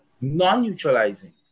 non-neutralizing